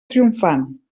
triomfant